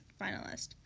finalist